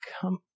Come